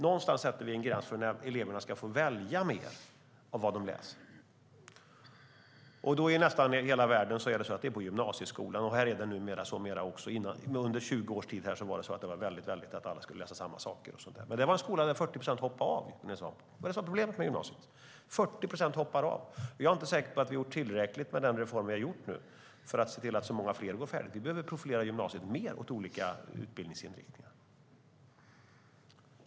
Någonstans sätter vi en gräns för när eleverna ska få välja mer av vad de läser. I nästan hela världen är det på gymnasieskolan. Här är det numera också så. Under 20 års tid var det så att alla skulle läsa samma saker, men det var en skola där 40 procent hoppade av. Det var det som var problemet med gymnasiet. 40 procent hoppade av. Jag är inte säker på att vi har gjort tillräckligt med den reform vi nu har gjort för att se till att många fler går färdigt. Vi behöver profilera gymnasiet mer med olika utbildningsinriktningar.